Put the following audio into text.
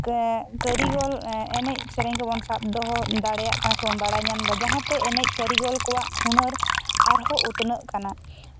ᱠᱟᱹᱨᱤᱜᱚᱞ ᱮᱱᱮᱡ ᱥᱮᱨᱮᱧ ᱠᱚᱵᱚᱱ ᱥᱟᱵ ᱫᱚᱦᱚ ᱫᱟᱲᱮᱭᱟᱜᱼᱟ ᱠᱟᱱᱟ ᱥᱮ ᱵᱟᱲ ᱵᱟᱰᱟᱭ ᱧᱟᱢ ᱫᱟ ᱡᱟᱦᱟᱸ ᱛᱮ ᱮᱱᱮᱡ ᱠᱟᱹᱨᱤᱜᱚᱞ ᱠᱚᱣᱟᱜ ᱦᱩᱱᱟᱹᱨ ᱟᱨᱦᱚᱸ ᱩᱛᱱᱟᱹᱜ ᱠᱟᱱᱟ